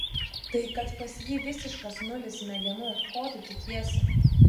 tai kad pas jį visiškas nulis smegenų ko tu tikiesi